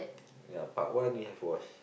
ya part one we have watch